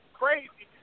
crazy